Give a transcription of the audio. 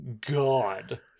God